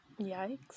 Yikes